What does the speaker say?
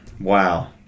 Wow